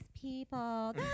people